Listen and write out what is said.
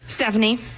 Stephanie